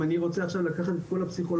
אם אני רוצה עכשיו לקחת את כל הפסיכולוגים